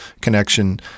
connection